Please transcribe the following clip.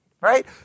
Right